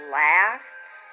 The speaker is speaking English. lasts